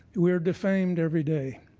we're defamed every day.